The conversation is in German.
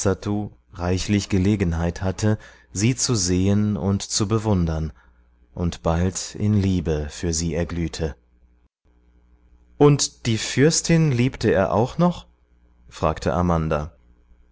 reichlich gelegenheit hatte sie zu sehen und zu bewundern und bald in liebe für sie erglühte und die fürstin liebte er auch noch fragte amanda